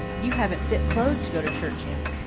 you haven't fit clothes to go to church in.